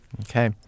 Okay